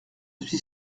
suis